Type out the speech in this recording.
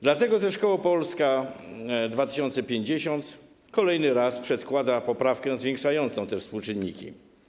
Dlatego też koło Polska 2050 kolejny raz przedkłada poprawkę zwiększającą te współczynniki.